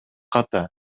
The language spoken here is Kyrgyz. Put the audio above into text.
ката